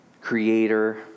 Creator